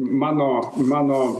mano mano